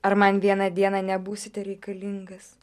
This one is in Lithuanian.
ar man vieną dieną nebūsite reikalingas